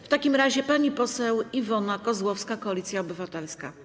W takim razie pani poseł Iwona Kozłowska, Koalicja Obywatelska.